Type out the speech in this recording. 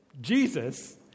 Jesus